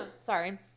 sorry